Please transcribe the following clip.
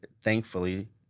Thankfully